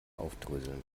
aufdröseln